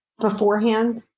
Beforehand